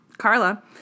Carla